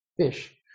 fish